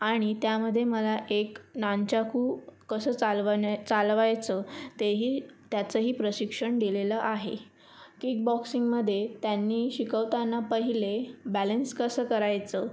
आणि त्यामध्ये मला एक नानच्याकू कसं चालवण्या चालवायचं तेही त्याचंही प्रशिक्षण दिलेलं आहे किक बॉक्सिंगमध्ये त्यांनी शिकवताना पहिले बॅलन्स कसं करायचं